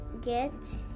get